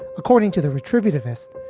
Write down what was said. according to the retributive list,